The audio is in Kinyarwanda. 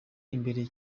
imbere